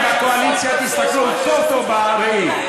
אתם בקואליציה תסתכלו טוב-טוב בראי.